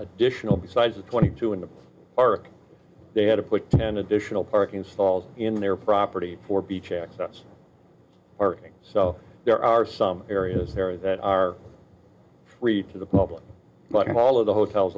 additional besides the twenty two in the park they had to put an additional parking stalls in their property for beach access are so there are some areas areas that are free to the public but all of the hotels